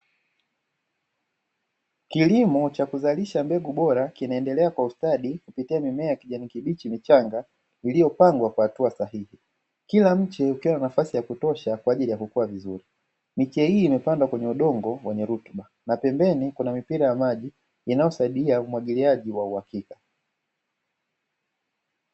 Kilimo cha kuzalisha mbegu bora kinaendelea kwa ustadi kupitia mimea ya kijani kibichi iliyopandwa kwa hatua sahihi, kila mche ukiwa na nafasi ya kutosha kwa ajili ya kukua vizuri. Miche hii imepandwa kwenye udongo wenye rutuba na pembeni kuna mipira ya maji inayosaidia umwagiliaji wa uhakika.